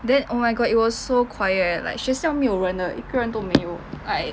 then oh my god it was so quiet like 学校没有人的一个人都没有